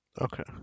okay